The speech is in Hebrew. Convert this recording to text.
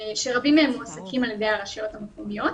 שרבים מהם מועסקים על ידי הרשויות המקומיות.